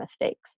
mistakes